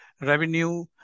revenue